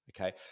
okay